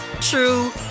true